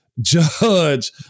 judge